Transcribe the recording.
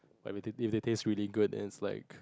but it it it tastes really good and it's like